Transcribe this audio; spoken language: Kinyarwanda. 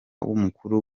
w’umukuru